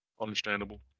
understandable